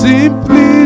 Simply